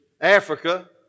Africa